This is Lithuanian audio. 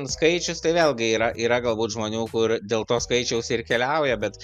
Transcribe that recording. skaičius tai vėlgi yra yra galbūt žmonių kur dėl to skaičiaus ir keliauja bet